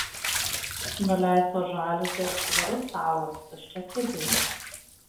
nuleistos žaliuzės švarus stalas tuščia kėdė